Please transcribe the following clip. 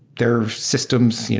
there are systems, you know